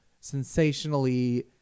sensationally